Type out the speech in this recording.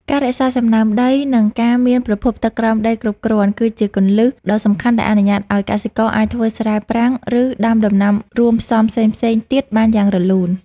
ការរក្សាសំណើមដី និងការមានប្រភពទឹកក្រោមដីគ្រប់គ្រាន់ គឺជាគន្លឹះដ៏សំខាន់ដែលអនុញ្ញាតឱ្យកសិករអាចធ្វើស្រែប្រាំង ឬដាំដំណាំរួមផ្សំផ្សេងៗទៀតបានយ៉ាងរលូន។